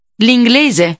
L'inglese